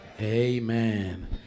Amen